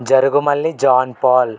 Jarugumalli John Paul